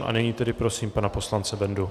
A nyní tedy prosím pana poslance Bendu.